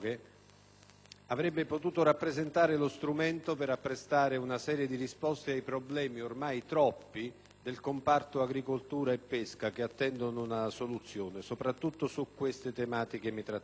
avrebbe potuto rappresentare lo strumento per apprestare una serie di risposte ai problemi, ormai troppi, dei comparti dell'agricoltura e della pesca che attendono una soluzione ed è soprattutto su tali tematiche che intendo